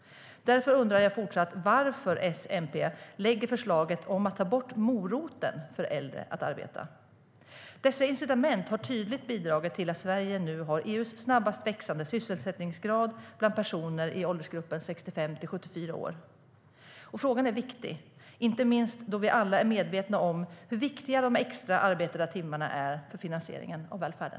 Därför undrar jag fortsatt varför S och MP lägger fram förslaget om att ta bort moroten för äldre att arbeta. Dessa incitament har tydligt bidragit till att Sverige nu har EU:s snabbast växande sysselsättningsgrad bland personer i åldersgruppen 65-74 år. Frågan är viktig, inte minst då vi alla är medvetna om hur viktiga de extra arbetade timmarna är för finansieringen av välfärden.